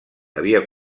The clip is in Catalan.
havia